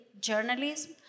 journalism